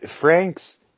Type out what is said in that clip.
Frank's